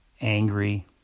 angry